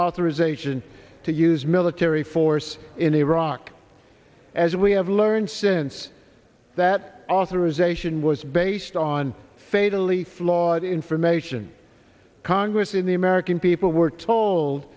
authorization to use military force in iraq as we have learned since that authorization was based on fatally flawed information congress in the american people were told